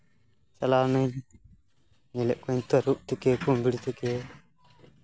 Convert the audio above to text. ᱪᱟᱞᱟᱣ ᱮᱱᱟᱹᱧ ᱧᱮᱞᱮᱜ ᱠᱚᱣᱟᱧ ᱛᱟᱹᱨᱩᱵᱽ ᱛᱷᱮᱠᱮ ᱠᱩᱢᱤᱨ ᱛᱷᱮᱠᱮ